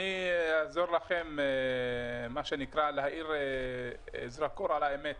אני אעזור לכם מה שנקרא להאיר זרקור על האמת.